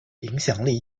影响力